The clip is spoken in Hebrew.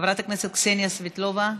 חברת הכנסת קסניה סבטלובה,